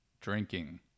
drinking